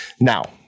now